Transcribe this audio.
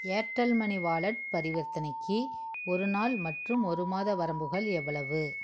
Airtel money wallet பரிவர்த்தனைக்கு ஒரு நாள் மற்றும் ஒரு மாத வரம்புகள் எவ்வளவு